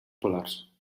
polars